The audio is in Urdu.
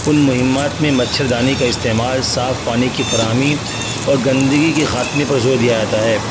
ان مہمات میں مچھردانی کا استعمال صاف پانی کی فراہمی اور گندگی کے خاتمہ پر زور دیا جاتا ہے